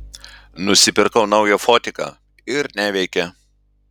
nusipirkau naują fotiką ir neveikia